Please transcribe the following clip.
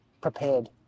prepared